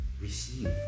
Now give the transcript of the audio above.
receive